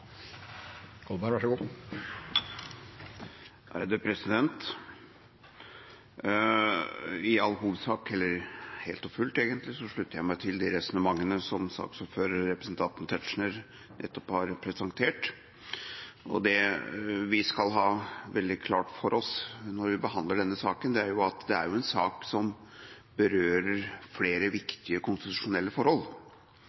I all hovedsak – helt og fullt, egentlig – slutter jeg meg til de resonnementene som saksordføreren, representanten Tetzschner, nettopp har presentert. Det vi skal ha veldig klart for oss når vi behandler denne saken, er at det er en sak som berører flere